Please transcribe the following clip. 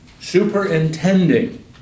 superintending